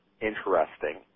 interesting